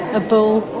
a bull,